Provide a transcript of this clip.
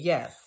Yes